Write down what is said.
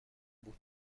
بود